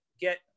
get